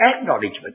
acknowledgement